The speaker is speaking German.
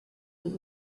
den